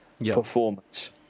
performance